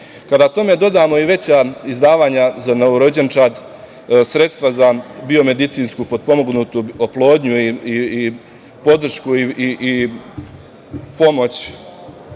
tome dodamo i veća izdavanja za novorođenčad sredstva za biomedicinsku potpomognutu oplodnju, podršku i pomoć